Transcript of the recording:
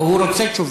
הוא רוצה תשובה.